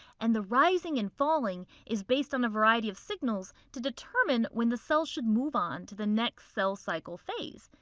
and the rising and falling is based on a variety of signals to determine when the cell should move on to the next cell cycle phase.